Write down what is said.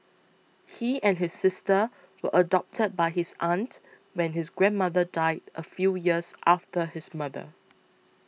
he and his sister were adopted by his aunt when his grandmother died a few years after his mother